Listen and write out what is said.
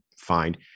find